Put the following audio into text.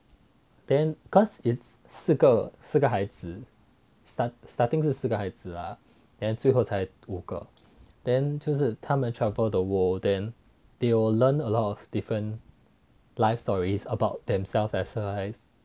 then cause it's 四个四个孩子 starting 是四个孩子最后才五个 then 就是他们 travel the world then they will learn a lot of different life stories about themselves